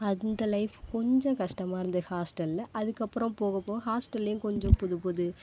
அந்த லைஃப் கொஞ்சம் கஷ்டமா இருந்தது ஹாஸ்ட்டலில் அதுக்கப்புறோம் போக போக ஹாஸ்ட்டல்லையும் கொஞ்சம் புது புது